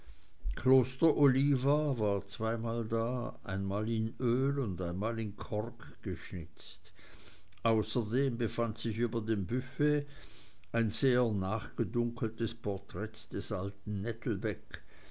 kloster olivia war zweimal da einmal in öl und einmal in kork geschnitzt außerdem befand sich über dem büfett ein sehr nachgedunkeltes porträt des alten nettelbeck